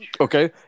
okay